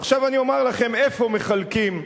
ועכשיו אני אומר לכם איפה מחלקים.